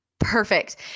Perfect